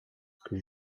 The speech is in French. que